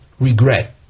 regret